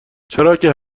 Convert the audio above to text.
چراکه